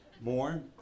More